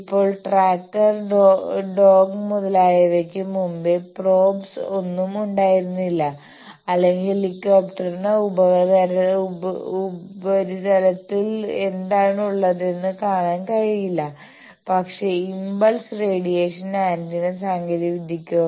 ഇപ്പോൾ tracker dog മുതലായവയ്ക്ക് മുമ്പ് പ്രോബ്സ് ഒന്നും ഉണ്ടായിരുന്നില്ല അല്ലെങ്കിൽ ഹെലികോപ്റ്ററിനോ ഉപ ഉപരിതലത്തിൽ എന്താണ് ഉള്ളതെന്ന് കാണാൻ കഴിയില്ല പക്ഷേ ഇമ്പൾസ് റേഡിയേഷൻ ആന്റിന സാങ്കേതികവിദ്യക്കോ